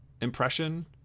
impression